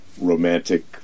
romantic